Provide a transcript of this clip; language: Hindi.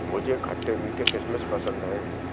मुझे खट्टे मीठे किशमिश पसंद हैं